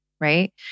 Right